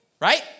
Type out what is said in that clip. Right